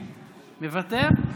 מוותר,